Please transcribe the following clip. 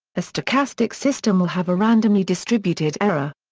a stochastic system will have a randomly distributed error.